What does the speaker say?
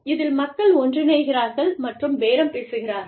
இதில் மக்கள் ஒன்றிணைகிறார்கள் மற்றும் பேரம் செய்கிறார்கள்